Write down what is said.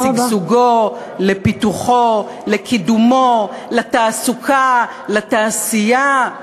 לשגשוגו, לפיתוחו, לקידומו, לתעסוקה, לתעשייה,